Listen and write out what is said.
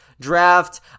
draft